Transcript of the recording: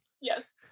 yes